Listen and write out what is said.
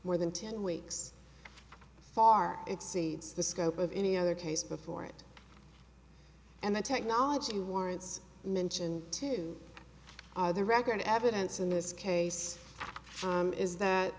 more than ten weeks far exceeds the scope of any other case before it and the technology warrants mention to the record evidence in this case is that